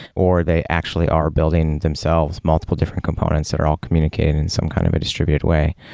or they actually are building themselves multiple different components that are all communicating in some kind of a distributed way.